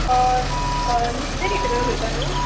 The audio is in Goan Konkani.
नुस्तें हिटर उलयता न्हू